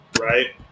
right